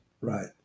Right